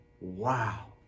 Wow